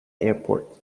airport